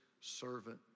servant